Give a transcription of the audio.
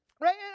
Right